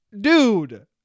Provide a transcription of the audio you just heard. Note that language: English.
Dude